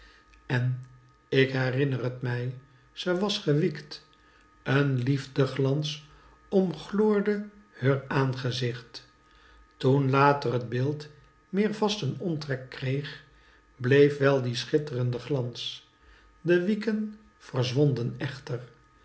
en ik herinner t mij ze was gewiekt een liefdeglans omgloorde heur aangezicht toen later t beeld meer vasten omtrek kreeg bleef wel die schitterende glans de wieken verzwonden echter